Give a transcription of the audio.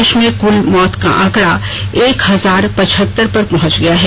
देश में कुल मौत का आंकड़ा एक हजार पचहत्तर पर पहुंच गया है